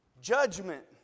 Judgment